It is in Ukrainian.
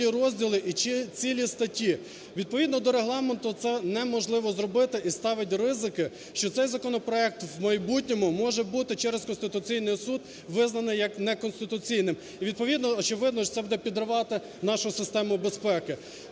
Відповідно до Регламенту це неможливо зробити і ставить ризики, що цей законопроект в майбутньому може бути через Конституційний Суд визнаний як неконституційним і відповідно, очевидно це буде підривати нашу систему безпеки.